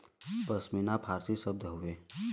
पश्मीना फारसी शब्द हउवे